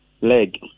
Leg